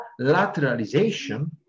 lateralization